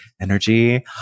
energy